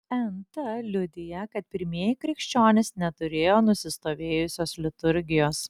nt liudija kad pirmieji krikščionys neturėjo nusistovėjusios liturgijos